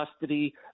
custody